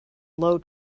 low